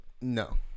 No